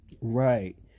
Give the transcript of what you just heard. Right